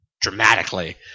Dramatically